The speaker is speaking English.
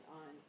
on